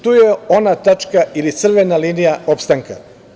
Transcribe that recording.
Tu je ona tačka ili crvena linija opstanka.